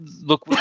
look